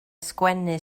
sgwennu